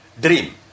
dream